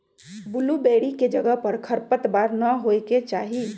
blueberry के जगह पर खरपतवार न होए के चाहि